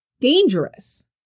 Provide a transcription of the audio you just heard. dangerous